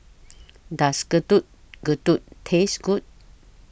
Does Getuk Getuk Taste Good